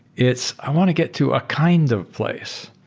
is i want to get to a kind of place.